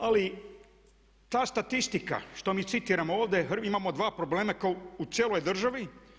Ali ta statistika što mi citiramo ovdje imamo dva problema kao u cijeloj državi.